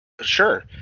Sure